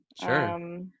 Sure